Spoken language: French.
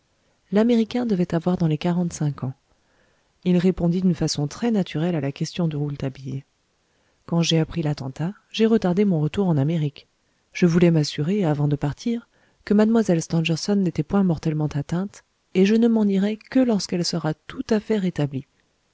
l'américain devait avoir dans les quarantecinq ans il répondit d'une façon très naturelle à la question de rouletabille quand j'ai appris l'attentat j'ai retardé mon retour en amérique je voulais m'assurer avant de partir que mlle stangerson n'était point mortellement atteinte et je ne m'en irai que lorsqu'elle sera tout à fait rétablie